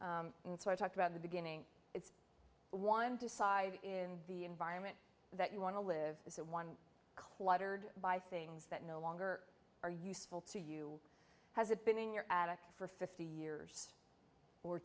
and so i talked about the beginning if one decides in the environment that you want to live is that one cluttered by things that no longer are useful to you has it been in your attic for fifty years or